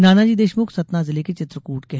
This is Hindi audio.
नानाजी देशमुख सतना जिले के चित्रकूट के हैं